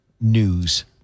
news